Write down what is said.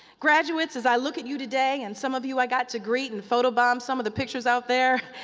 graduates, as i look at you today and some of you i got to greet and photo bomb some of the pictures out there.